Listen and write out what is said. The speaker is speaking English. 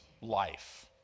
life